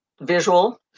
visual